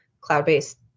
cloud-based